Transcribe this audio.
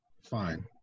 fine